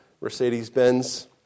Mercedes-Benz